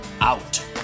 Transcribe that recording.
out